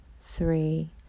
three